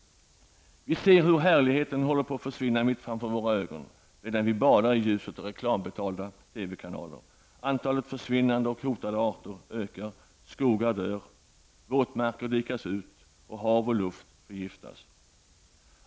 Härligheten håller på att försvinna mitt framför våra ögon, medan vi badar i ljuset av reklambetalda TV-kanaler. Antalet försvinnande och hotade arter ökar. Skogar dör. Våtmarker dikas ut och hav och luft förgiftas.